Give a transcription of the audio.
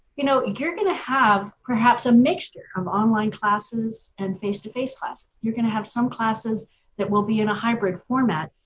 you know, you're going to have perhaps a mixture of online classes and face-to-face classes. you're going to have some classes that will be in a hybrid format.